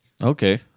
Okay